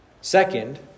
Second